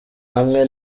hamwe